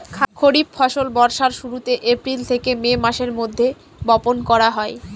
খরিফ ফসল বর্ষার শুরুতে, এপ্রিল থেকে মে মাসের মধ্যে, বপন করা হয়